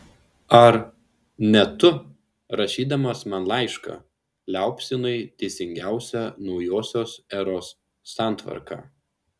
ar ne tu rašydamas man laišką liaupsinai teisingiausią naujosios eros santvarką